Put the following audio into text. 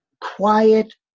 quiet